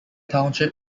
township